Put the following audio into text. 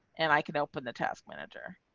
and i can open the task manager.